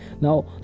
now